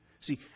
See